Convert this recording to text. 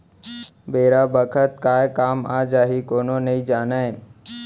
बेरा बखत काय काम आ जाही कोनो नइ जानय